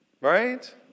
Right